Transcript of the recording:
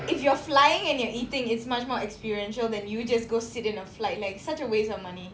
if you're flying and you're eating it's much more experiential than you just go sit in a flight like such a waste of money